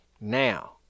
now